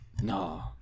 No